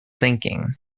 thinking